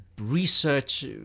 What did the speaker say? research